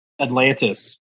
Atlantis